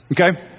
okay